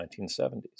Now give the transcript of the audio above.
1970s